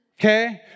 okay